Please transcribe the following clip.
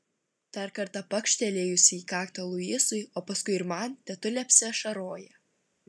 dar kartą pakštelėjusi į kaktą luisui o paskui ir man tetulė apsiašaroja